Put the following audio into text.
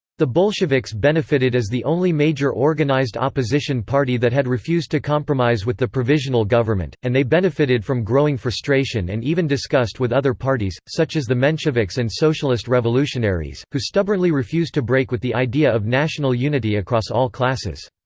the bolsheviks benefited as the only major organized opposition party that had refused to compromise with the provisional government, and they benefited from growing frustration and even disgust with other parties, such as the mensheviks and socialist revolutionaries, who stubbornly refused to break with the idea of national unity across all classes.